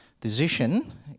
decision